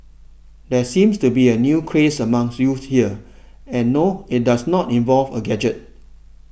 there seems to be a new craze among youths here and no it does not involve a gadget